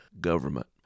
government